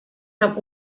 tam